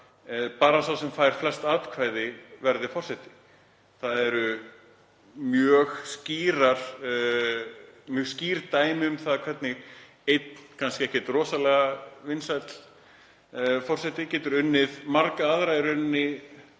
bara sá sem fær flest atkvæði verður forseti. Það eru mjög skýr dæmi um það hvernig einn ekkert rosalega vinsæll forseti getur unnið marga aðra